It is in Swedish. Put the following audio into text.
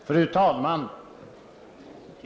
Fru talman!